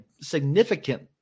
significant